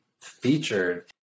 featured